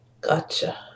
Gotcha